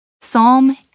Psalm